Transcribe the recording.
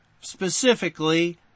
specifically